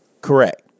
Correct